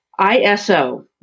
ISO